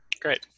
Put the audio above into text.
Great